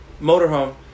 Motorhome